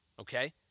okay